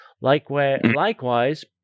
Likewise